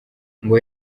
ngo